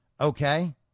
okay